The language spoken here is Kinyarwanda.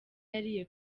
yariye